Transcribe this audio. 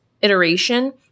iteration